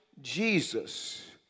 Jesus